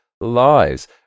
lives